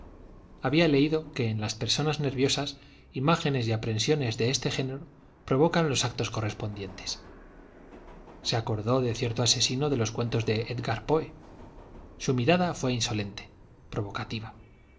había leído que en las personas nerviosas imágenes y aprensiones de este género provocan los actos correspondientes se acordó de cierto asesino de los cuentos de edgar poe su mirada fue insolente provocativa